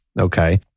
Okay